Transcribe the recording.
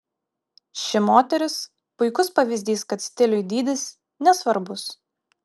ši moteris puikus pavyzdys kad stiliui dydis nesvarbus